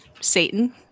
Satan